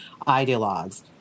ideologues